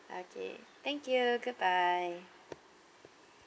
okay thank you goodbye